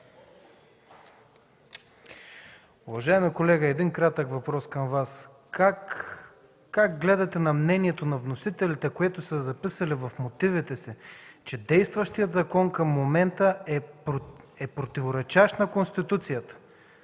Уважаеми колега, един кратък въпрос към Вас: как гледате на мнението на вносителите, които са записали в мотивите си, че действащият закон към момента е противоречащ на Конституцията?